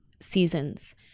seasons